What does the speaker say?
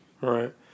Right